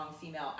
female